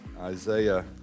Isaiah